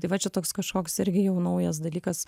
tai va čia toks kažkoks irgi jau naujas dalykas